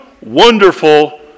wonderful